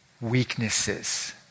weaknesses